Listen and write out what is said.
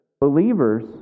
believers